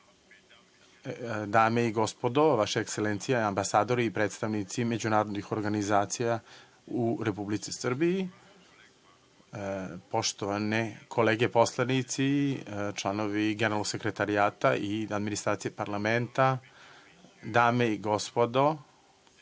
dame i gospodo, vaše ekselencije i ambasadori i predstavnici međunarodnih organizacija u Republici Srbiji, poštovane kolege poslanici i članovi generalnog sekretarijata i administracije parlamenta, dame i gospodo,